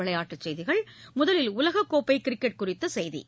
விளையாட்டுச் செய்திகள் முதலில் உலகக் கோப்பை கிரிக்கெட் குறித்த செய்திகள்